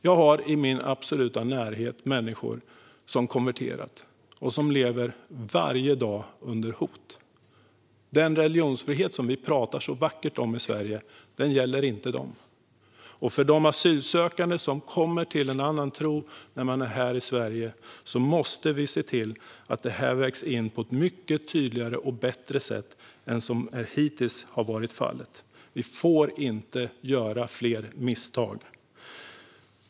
Jag har i min absoluta närhet människor som konverterat och som varje dag lever under hot. Den religionsfrihet som vi talar så vackert om i Sverige gäller inte dem. För de asylsökande som kommer till en annan tro när de är här i Sverige måste vi se till att det vägs in på ett mycket tydligare och bättre sätt än vad som hittills har varit fallet. Vi får inte göra fler misstag.